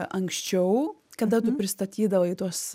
anksčiau kada tu pristatydavai tuos